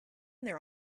there